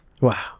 Wow